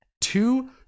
Two